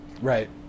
Right